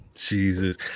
Jesus